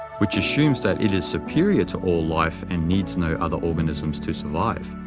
which assumes that it is superior to all life and needs no other organisms to survive.